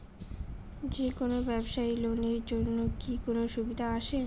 যে কোনো ব্যবসায়ী লোন এর জন্যে কি কোনো সুযোগ আসে?